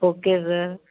okay sir